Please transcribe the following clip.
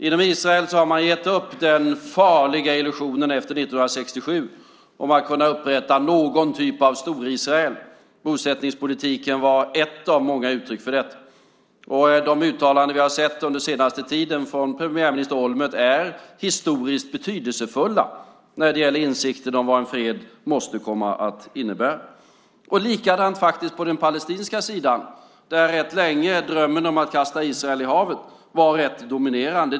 Inom Israel har man gett upp den farliga illusionen efter 1967 om att kunna upprätta någon typ av Stor-Israel. Bosättningspolitiken var ett av många uttryck för detta. De uttalanden vi har sett under den senaste tiden av premiärminister Olmert är historiskt betydelsefulla när det gäller insikten om vad en fred måste innebära. Likadant är det på den palestinska sidan där drömmen om att kasta Israel i havet länge varit rätt dominerande.